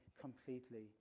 completely